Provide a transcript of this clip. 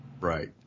Right